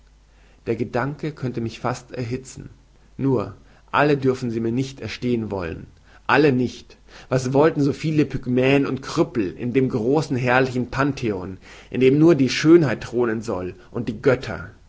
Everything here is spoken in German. der gedanke könnte mich fast erhizen nur alle dürften sie mir nicht erstehen wollen alle nicht was wollten so viele pygmäen und krüppel in dem großen herrlichen pantheon in dem nur die schönheit thronen soll und die götter